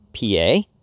PA